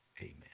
Amen